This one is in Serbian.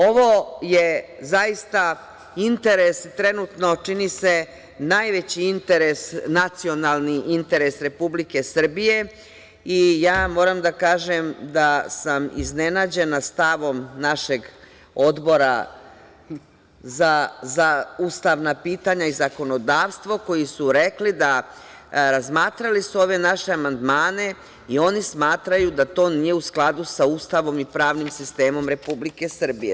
Ovo je zaista interes trenutno, čini se najveći interes, nacionalni interes, Republike Srbije i ja moram da kažem da sam iznenađena stavom našeg Odbora za ustavna pitanja i zakonodavstvo koji su rekli da su razmatrali ove naše amandmane i oni smatraju da to nije u skladu sa Ustavom i pravnim sistemom Republike Srbije.